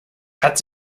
hat